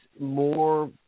more